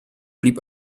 blieb